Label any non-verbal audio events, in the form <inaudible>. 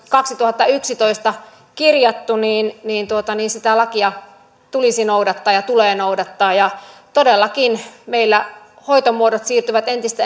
<unintelligible> kaksituhattayksitoista kirjattu niin sitä lakia tulisi noudattaa ja tulee noudattaa todellakin meillä hoitomuodot siirtyvät entistä <unintelligible>